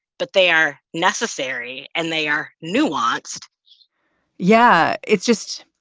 but they are necessary, and they are nuanced yeah. it's just